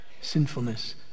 sinfulness